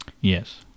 yes